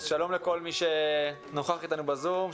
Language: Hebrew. שלום לכל מי שנוכח איתנו באמצעות הזום,